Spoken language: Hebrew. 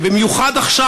ובמיוחד עכשיו.